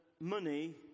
money